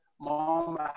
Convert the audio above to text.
mom